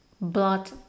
Blood